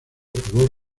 favor